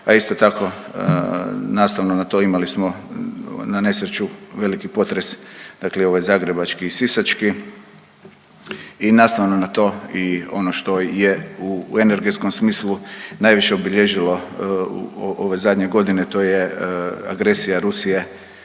a isto tako nastavno na to imali smo na nesreću veliki potres, dakle ovaj zagrebački i sisački i nastavno na to i ono što je u energetskom smislu najviše obilježilo ove zadnje godine to je agresija Rusije